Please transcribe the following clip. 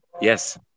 Yes